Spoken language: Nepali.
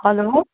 हेलो